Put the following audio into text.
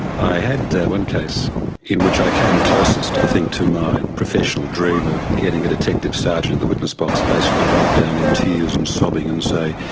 i had one case in which i came closest, i think, to my professional dream of getting a detective sergeant in the witness box basically to break down in tears and sobbing and say,